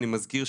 אני מזכיר,